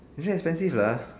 actual expensive lah